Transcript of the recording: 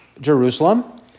Jerusalem